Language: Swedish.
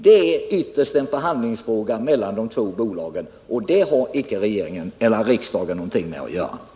Det är ytterst en förhandlingsfråga mellan de två bolagen och det har inte riksdagen något att göra med.